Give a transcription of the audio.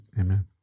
Amen